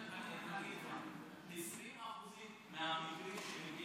בני בדימונה ורוביק בבאר שבע